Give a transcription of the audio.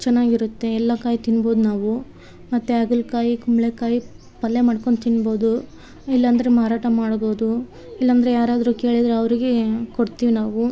ಚೆನ್ನಾಗಿರತ್ತೆ ಎಲ್ಲ ಕಾಯಿ ತಿನ್ಬೋದು ನಾವು ಮತ್ತು ಹಾಗಲಕಾಯಿ ಕುಂಬಳಕಾಯಿ ಪಲ್ಯ ಮಾಡ್ಕೊಂಡು ತಿನ್ಬೋದು ಇಲ್ಲಾಂದರೆ ಮಾರಾಟ ಮಾಡ್ಬೋದು ಇಲ್ಲಾಂದರೆ ಯಾರಾದರು ಕೇಳಿದರೆ ಅವರಿಗೆ ಕೊಡ್ತೀವಿ ನಾವು